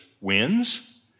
wins